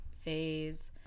phase